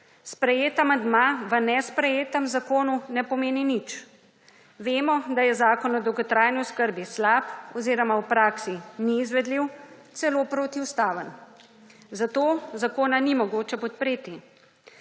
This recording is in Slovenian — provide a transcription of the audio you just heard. Sprejet amandma v nesprejetem zakonu ne pomeni nič. Vemo, da je Zakon o dolgotrajni oskrbi slab oziroma v praksi ni izvedljiv, celo protiustaven. Zato zakona ni mogoče podpreti.